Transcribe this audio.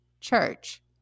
church